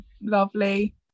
lovely